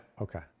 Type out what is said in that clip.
Okay